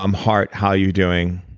um heart, how are you doing?